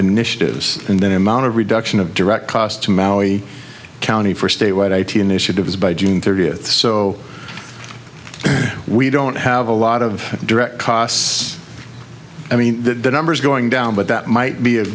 initiatives and then amount of reduction of direct cost to maui county for state wide eighty initiatives by june thirtieth so we don't have a lot of direct costs i mean that number's going down but that might be a